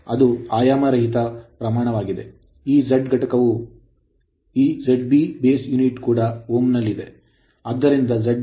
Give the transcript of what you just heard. ಇದು ಆಯಾಮರಹಿತ ಪ್ರಮಾಣವಾಗಿದೆ ಈ Z ಘಟಕವು Ω ಈ ZB ಬೇಸ್ ಯೂನಿಟ್ ಕೂಡ Ω ನಲ್ಲಿದೆ